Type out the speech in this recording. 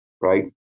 right